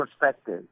perspective